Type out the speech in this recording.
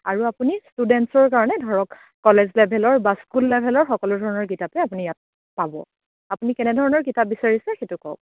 আৰু আপুনি ষ্টুডেণ্টছৰ কাৰণে ধৰক কলেজ লেভেলৰ বা স্কুল লেভেলৰ সকলো ধৰণৰ কিতাপে আপুনী ইয়াত পাব আপুনি কেনেধৰণৰ কিতাপ বিচাৰিছে সেইটো কওক